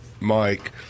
mike